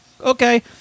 okay